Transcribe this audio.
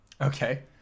Okay